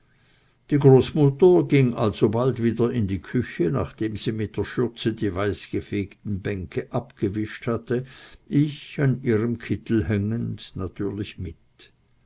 die großmutter ging alsobald wieder in die küche nachdem sie mit der schürze die weißgefegten bänke abgewischt hatte ich an ihrem kittel hängend natürlich mit